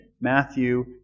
Matthew